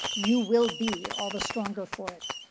you will be all the stronger for it.